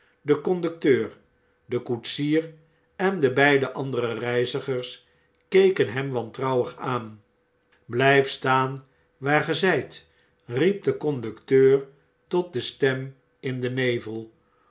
de conducteur de koetsier en de beide andere reizigers keken hem wantrouwig aan blijf staan waarge zijt'riep de conducteur tot de stem in den nevel